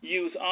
use